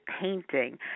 painting